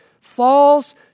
Falls